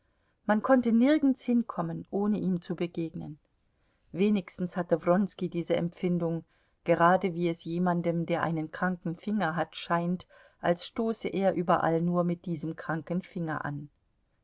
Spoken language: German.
man konnte nirgends hinkommen ohne ihm zu begegnen wenigstens hatte wronski diese empfindung gerade wie es jemandem der einen kranken finger hat scheint als stoße er überall nur mit diesem kranken finger an